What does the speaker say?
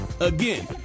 Again